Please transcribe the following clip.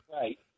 Right